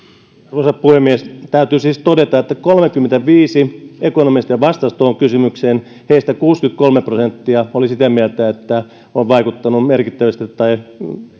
arvoisa puhemies täytyy siis todeta että kolmekymmentäviisi ekonomistia vastasi tuohon kysymykseen heistä kuusikymmentäkolme prosenttia oli sitä mieltä että on vaikuttanut merkittävästi tai